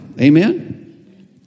Amen